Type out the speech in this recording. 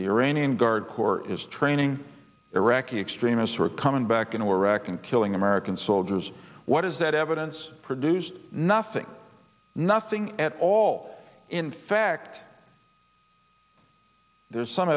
the iranian guard corps is training iraqi extremists who are coming back into iraq and killing american soldiers what is that evidence produced nothing nothing at all in fact there's some